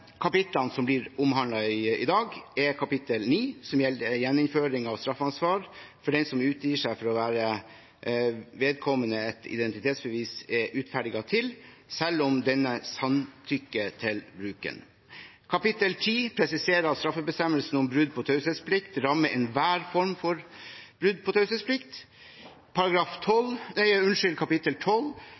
kapitlene som blir behandlet i dag, er for det første kapittel 9, som gjelder gjeninnføring av straffeansvar for den som utgir seg for å være vedkommende et identitetsbevis er utferdiget til, selv om denne samtykker til bruken. Kapittel 10 presiserer at straffebestemmelsen om brudd på taushetsplikt rammer enhver form for brudd på taushetsplikt. I kapittel